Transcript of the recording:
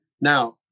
Now